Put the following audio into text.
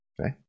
Okay